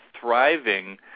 thriving